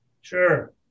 Sure